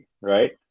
right